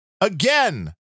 again